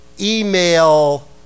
email